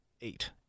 eight